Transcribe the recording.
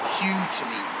hugely